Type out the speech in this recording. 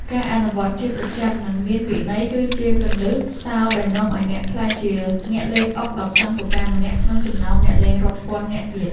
ការអនុវត្តជាប្រចាំនិងមានវិន័យគឺជាគន្លឹះសោរដែលនាំឱ្យអ្នកក្លាយជាអ្នកលេងអុកដ៏ខ្លាំងពូកែម្នាក់ក្នុងចំណោមអ្នកលេងរាប់ពាន់នាក់ទៀត។